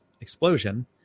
explosion